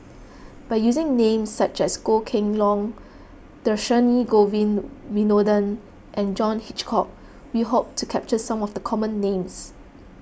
by using names such as Goh Kheng Long Dhershini Govin Winodan and John Hitchcock we hope to capture some of the common names